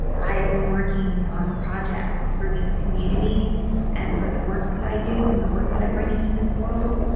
i have been working on projects for this community and for the work that i do and the work that i bring into this world.